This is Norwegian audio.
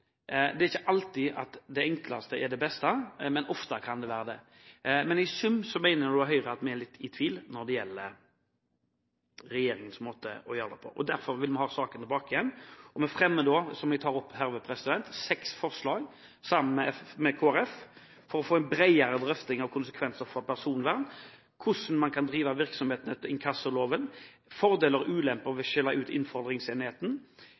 Det er ikke alltid at det enkleste er det beste, men ofte kan det være det. I sum er Høyre litt i tvil når det gjelder regjeringens måte å gjøre det på, og derfor vil vi ha saken tilbake igjen. Vi fremmer seks forslag sammen med Kristelig Folkeparti, for å få en bredere drøfting av konsekvenser for personvern en vurdering av hvordan man kan drive virksomhet etter inkassoloven en vurdering av fordeler og ulemper ved å skille ut innfordringsenheten